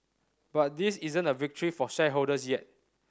but this isn't a victory for shareholders yet